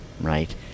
right